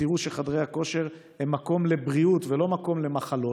ותראו שחדרי הכושר הם מקום לבריאות ולא מקום למחלות.